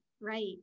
Right